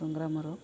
ସଂଗ୍ରାମର